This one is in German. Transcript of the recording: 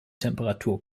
temperatur